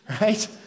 right